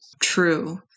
True